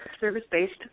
service-based